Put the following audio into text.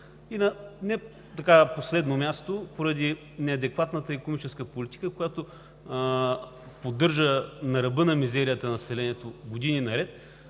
не на последно място, поради неадекватната икономическа политика, която поддържа на ръба на мизерията населението години наред,